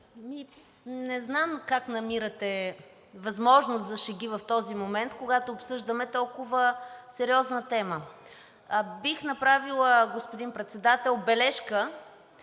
Не знам как намирате възможност за шеги в този момент, когато обсъждаме толкова сериозна тема. Бих направила, господин Председател, бележка